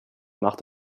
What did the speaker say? macht